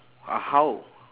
uh how